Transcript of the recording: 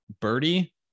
birdie